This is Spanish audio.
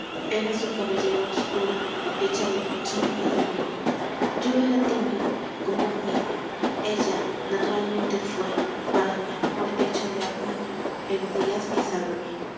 era su cabellera oscura hecha de noche y de dolor yo era tímido como un niño ella naturalmente fué para mi amor hecho de armiño herodías y salomé